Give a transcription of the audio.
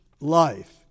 life